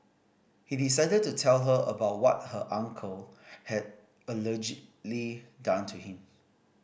he decided to tell her about what her uncle had allegedly done to him